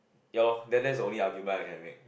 ya lor that that's the only argument I can make